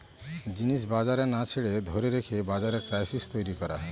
জিনিস বাজারে না ছেড়ে ধরে রেখে বাজারে ক্রাইসিস তৈরী করা হয়